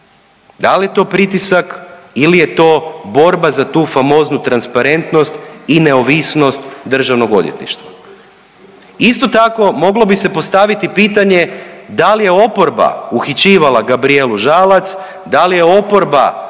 Da li je to pritisak ili je to borba za tu famoznu transparentnost i neovisnost DORH-a? Isto tako, moglo bi se postaviti pitanje da li je oporba uhićivala Gabrijelu Žalac, da li je oporba